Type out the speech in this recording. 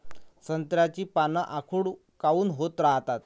संत्र्याची पान आखूड काऊन होत रायतात?